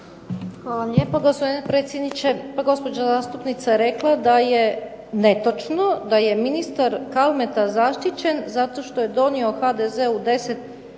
Hvala vam lijepo gospodine predsjedniče. Pa gospođa zastupnica je rekla da je netočno da je ministar Kalmeta zaštićen zato što je donio HDZ-u 10